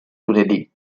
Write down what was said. lunedì